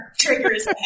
triggers